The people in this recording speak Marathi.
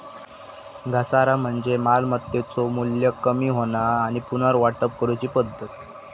घसारा म्हणजे मालमत्तेचो मू्ल्य कमी होणा आणि पुनर्वाटप करूची पद्धत